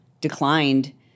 declined